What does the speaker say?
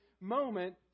moment